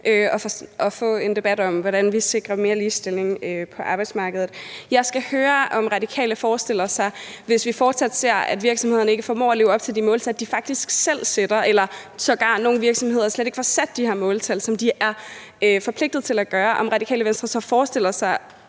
at få en debat om, hvordan vi sikrer mere ligestilling på arbejdsmarkedet. Jeg skal høre: Hvis vi fortsat ser, at virksomhederne ikke formår at leve op til de måltal, de faktisk selv sætter, eller at nogle virksomheder sågar slet ikke får sat de her måltal, som de er forpligtet til at gøre, forestiller Radikale Venstre sig så,